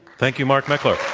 thank you, mark meckler.